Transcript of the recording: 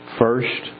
first